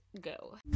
go